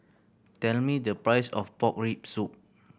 tell me the price of pork rib soup